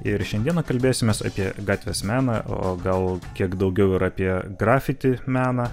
ir šiandieną kalbėsimės apie gatvės meną o gal kiek daugiau ir apie grafiti meną